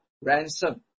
ransom